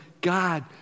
God